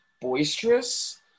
boisterous